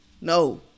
No